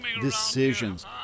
Decisions